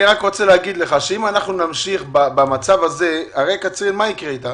אני רק רוצה להגיד לך שאם אנחנו נמשיך במצב הזה מה יקרה עם קצרין?